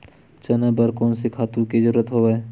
चना बर कोन से खातु के जरूरत हवय?